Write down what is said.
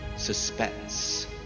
Suspense